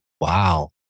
wow